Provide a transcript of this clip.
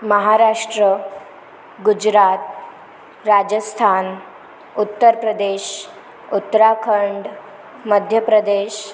Maharashtra Gujarat Rajasthan Uttar Pradesh Uttarakhand Madhya Pradesh